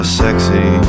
sexy